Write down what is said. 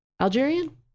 Algerian